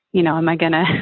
you know, am i going ah